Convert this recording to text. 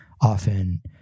often